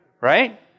right